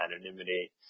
anonymity